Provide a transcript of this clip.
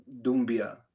Dumbia